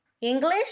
English